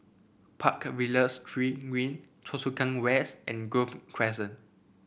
Park Villas Green Choa Chu Kang West and Grove Crescent